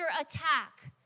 attack